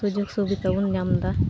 ᱥᱩᱡᱳᱜᱽᱼᱥᱩᱵᱤᱫᱟ ᱵᱚᱱ ᱧᱟᱢᱮᱫᱟ